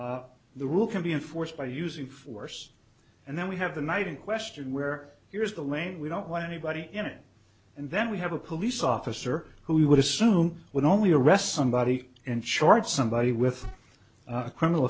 rule the rule can be enforced by using force and then we have the night in question where here's the lane we don't want anybody in it and then we have a police officer who we would assume would only arrest somebody in charge somebody with a criminal